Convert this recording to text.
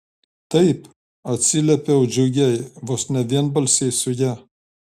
taip atsiliepiau džiugiai vos ne vienbalsiai su ja